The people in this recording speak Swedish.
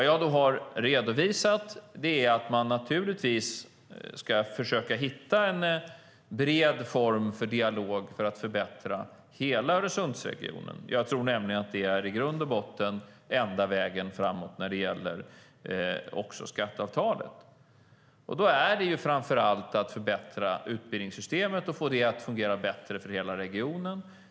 Jag har redovisat att man naturligtvis ska försöka hitta en bred form för dialog för att förbättra hela Öresundsregionen. Jag tror nämligen att det i grund och botten är den enda vägen framåt också när det gäller skatteavtalet. Det handlar framför allt om att förbättra utbildningssystemet och att få det att fungera bättre för hela regionen.